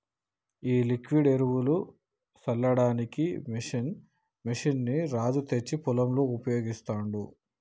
ఈ లిక్విడ్ ఎరువులు సల్లడానికి మెషిన్ ని రాజు తెచ్చి పొలంలో ఉపయోగిస్తాండు